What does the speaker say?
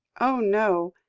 oh! no,